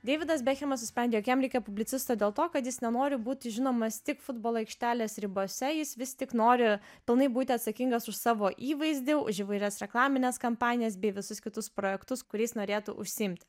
deividas bekhemas nusprendė jog jam reikia publicisto dėl to kad jis nenori būti žinomas tik futbolo aikštelės ribose jis vis tik nori pilnai būti atsakingas už savo įvaizdį už įvairias reklamines kampanijas bei visus kitus projektus kuriais norėtų užsiimti